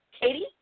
Katie